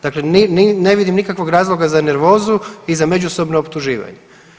Dakle, ne vidim nikakvog razloga za nervozu i za međusobna optuživanja.